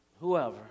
whoever